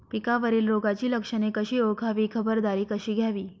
पिकावरील रोगाची लक्षणे कशी ओळखावी, खबरदारी कशी घ्यावी?